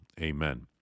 amen